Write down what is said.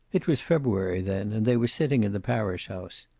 it was february then, and they were sitting in the parish house.